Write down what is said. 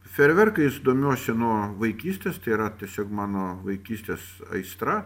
ferverkais domiuosi nuo vaikystės tai yra tiesiog mano vaikystės aistra